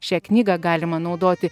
šią knygą galima naudoti